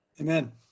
Amen